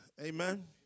Amen